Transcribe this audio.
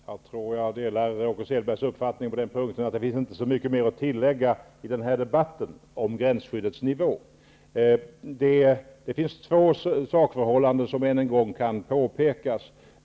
Fru talman! Jag tror att jag delar Åke Selbergs uppfattning att det inte finns så mycket mer att tillägga i denna debatt om gränsskyddets nivå. Det finns emellertid två sakförhållanden som än en gång kan påpekas.